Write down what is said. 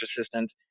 assistant